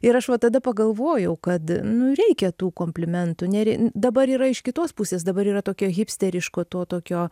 ir aš va tada pagalvojau kad nu reikia tų komplimentų neri dabar yra iš kitos pusės dabar yra tokio hipsteriško to tokio